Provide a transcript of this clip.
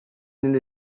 need